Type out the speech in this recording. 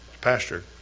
pastor